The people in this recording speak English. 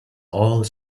old